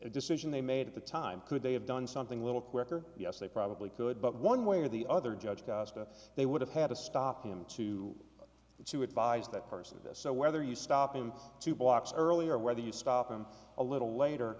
decision they made at the time could they have done something a little quicker yes they probably could but one way or the other judge they would have had to stop him to to advise that person so whether you stop him two blocks early or whether you stop him a little later